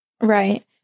Right